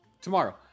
tomorrow